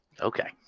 okay